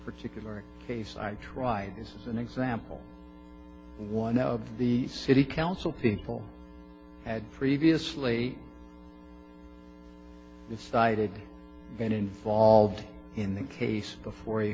particular case i tried as an example one of the city council people had previously decided and involved in the case before you